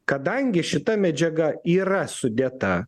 kadangi šita medžiaga yra sudėta